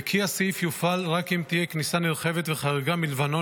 וכי הסעיף יופעל רק אם תהיה כניסה נרחבת וחריגה מלבנון